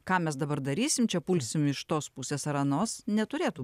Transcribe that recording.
ką mes dabar darysim čia pulsim iš tos pusės ar anos neturėtų